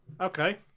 Okay